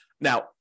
now